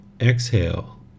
exhale